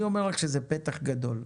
אני אומר לך שזה פתח גדול,